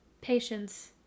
patience